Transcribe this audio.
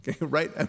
Right